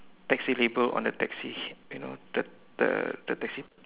taxi label on the taxi you know the the the taxi